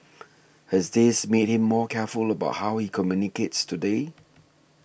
has this made him more careful about how he communicates today